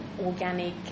organic